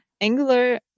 Angular